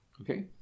okay